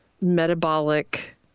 metabolic